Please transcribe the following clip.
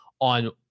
on